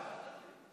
לא נכון.